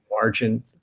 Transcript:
margin